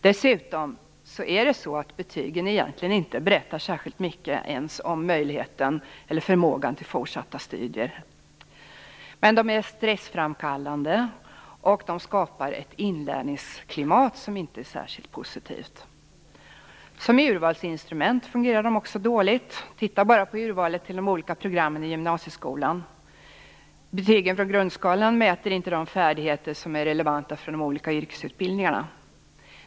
Betygen berättar egentligen inte särskilt mycket om möjligheten eller förmågan till fortsatta studier. Däremot är betygen stressframkallande och skapar ett inlärningsklimat som inte är särskilt positivt. Också som urvalsinstrument fungerar betygen dåligt. Titta bara på urvalet till de olika programmen i gymnasieskolan! Betygen från grundskolan mäter inte de färdigheter som är relevanta för de olika yrkesutbildningarna.